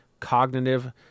cognitive